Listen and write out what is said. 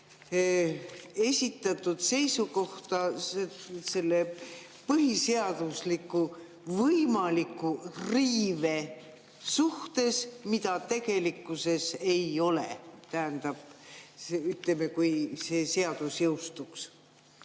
esitatud seisukohta põhiseaduse võimaliku riive suhtes, mida tegelikkuses ei ole. Tähendab, kui see seadus jõustuks.